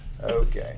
Okay